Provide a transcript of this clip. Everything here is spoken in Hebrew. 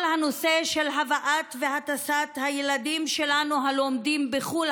כל הנושא של הבאת והטסת הילדים שלנו הלומדים בחו"ל,